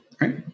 right